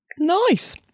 nice